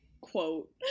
quote